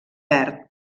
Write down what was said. verd